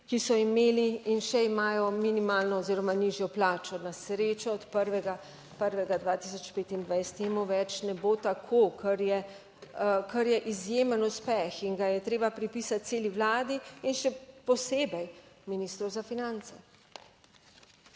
ki so imeli in še imajo minimalno oziroma nižjo plačo. Na srečo od 1. 1. 2025 temu več ne bo tako, kar je izjemen uspeh in ga je treba pripisati celi Vladi in še posebej ministru za finance.